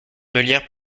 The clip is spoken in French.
meulière